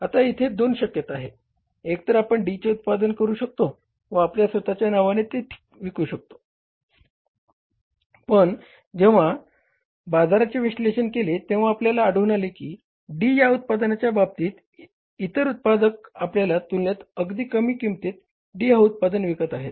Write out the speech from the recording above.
आता इथे दोन शक्यता आहेत एक तर आपण D चे उत्पादन करू शकतोत व आपल्या स्वतःच्या नावाने ते विकू शकतो पण जेव्हा आपण बाजाराचे विश्लेषण केले तेव्हा आपल्याला आढळून आले की D या उत्पादनाच्या बाबतीत इतर उत्पादक आपल्या तुलनेत अगदी कमी किंमतीत D हा उत्पादन विकत आहेत